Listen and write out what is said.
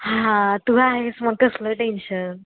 हां तू आहेस मग कसलं टेन्शन